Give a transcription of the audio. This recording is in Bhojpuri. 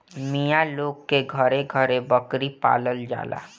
मिया लोग के घरे घरे बकरी पालल जाला